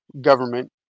government